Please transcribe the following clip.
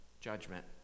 Judgment